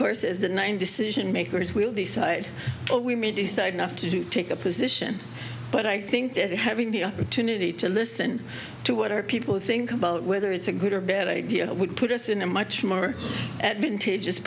course as the nine decision makers will decide well we may decide not to take a position but i think that having the opportunity to listen to what our people think about whether it's a good or bad idea would put us in a much more at vintage